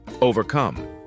overcome